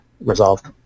resolved